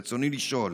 רצוני לשאול: